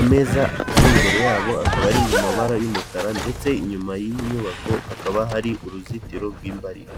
ameza ari imbere yabo akaba ari mu mabara y'umukara ndetse inyuma y'iyi nyubako hakaba hari uruzitiro rw'imbariro